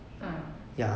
ah